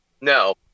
No